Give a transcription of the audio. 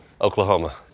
Oklahoma